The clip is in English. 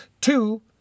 Two